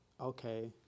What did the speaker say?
okay